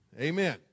Amen